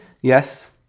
Yes